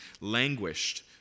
languished